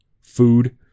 food